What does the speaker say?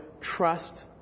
trust